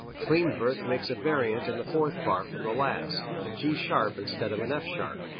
klindworth makes a variant in the fourth bar from the last, a g sharp instead of an f sharp.